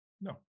No